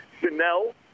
Chanel